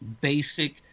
basic